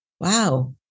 wow